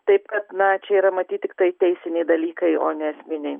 taip kad na čia yra matyt tiktai teisiniai dalykai o ne esminiai